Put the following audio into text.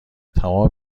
تمام